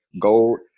gold